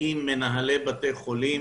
עם מנהלי בתי חולים.